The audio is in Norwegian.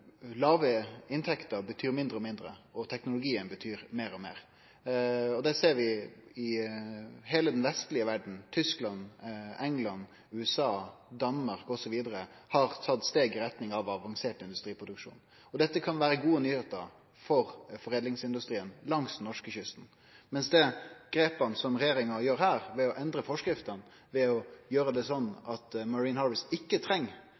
heile den vestlege verda. Tyskland, England, USA, Danmark osb. har tatt steg i retning av avansert industriproduksjon. Dette kan vere gode nyheiter for foredlingsindustrien langs norskekysten. Men dei grepa som regjeringa tar her ved å endre forskriftene, er å gjere det sånn at Marine Harvest ikkje treng